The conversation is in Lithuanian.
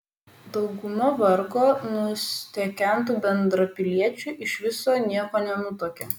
dauguma vargo nustekentų bendrapiliečių iš viso nieko nenutuokia